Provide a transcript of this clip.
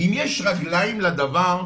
אם יש רגליים לדבר,